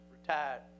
Retired